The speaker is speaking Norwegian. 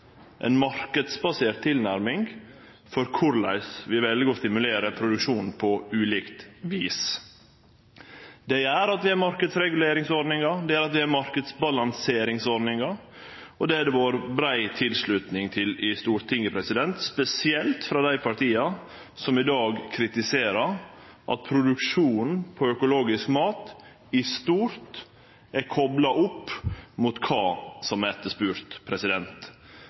tilnærming til korleis vi vel å stimulere produksjonen på ulikt vis. Det gjer at vi har marknadsreguleringsordningar, det gjer at vi har marknadsbalanseringsordningar, og det har det vore brei tilslutning til i Stortinget, spesielt frå dei partia som i dag kritiserer at produksjonen av økologisk mat i stort er kopla opp mot kva som